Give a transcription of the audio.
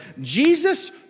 Jesus